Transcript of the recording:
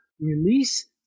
release